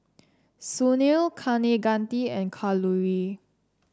Sunil Kaneganti and Kalluri